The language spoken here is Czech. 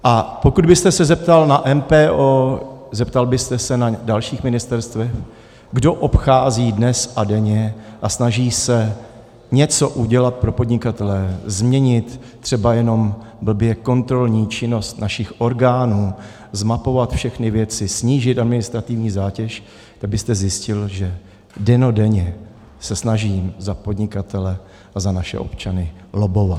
A pokud byste se zeptal na MPO, zeptal byste se na dalších ministerstvech, kdo obchází dnes a denně a snaží se něco udělat pro podnikatele, změnit třeba jenom blbě kontrolní činnost našich orgánů, zmapovat všechny věci, snížit administrativní zátěž, tak byste zjistil, že dennodenně se snažím za podnikatele a za naše občany lobbovat.